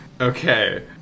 Okay